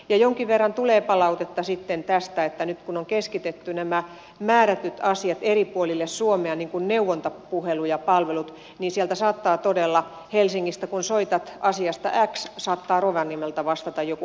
jonkin verran tulee palautetta sitten tästä että nyt kun on keskitetty nämä määrätyt asiat eri puolille suomea niin kuin neuvontapuhelin ja palvelut niin todella kun helsingistä soitat asiasta x saattaa rovaniemeltä vastata joku henkilö